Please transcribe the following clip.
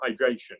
hydration